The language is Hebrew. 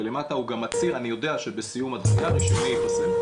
ולמטה הוא גם מצהיר: אני יודע שבסיום בזמן רישיוני יפסק,